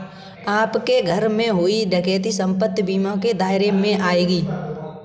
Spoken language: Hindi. आपके घर में हुई डकैती संपत्ति बीमा के दायरे में आएगी